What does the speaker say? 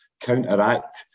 counteract